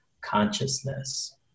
consciousness